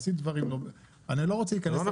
עשית דברים --- זה לא נכון.